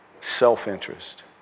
self-interest